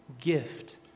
gift